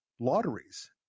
lotteries